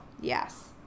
yes